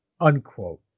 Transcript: unquote